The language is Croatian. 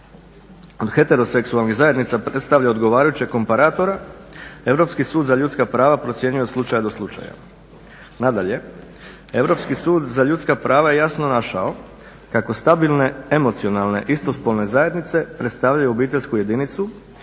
od heteroseksualnih zajednica predstavlja odgovarajućeg komparatora Europski sud za ljudska prava ocjenjuje od slučaja do slučaja. Nadalje, Europski sud za ljudska prava jasno našao kako stabilne emocionalne istospolne zajednice predstavljaju obiteljsku jedinicu